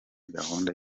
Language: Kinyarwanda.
gahunda